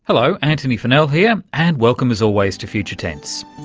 hello, antony funnell here and welcome as always to future tense.